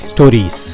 Stories